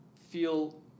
feel